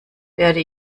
werde